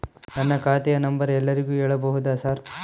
ನನ್ನ ಖಾತೆಯ ನಂಬರ್ ಎಲ್ಲರಿಗೂ ಹೇಳಬಹುದಾ ಸರ್?